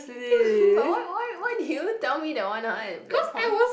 it was who but why why why did you tell me that one at that point